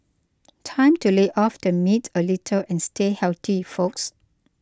time to lay off the meat a little and stay healthy folks